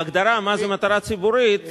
בהגדרה מהי "מטרה ציבורית",